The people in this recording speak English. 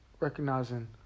Recognizing